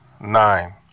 Nine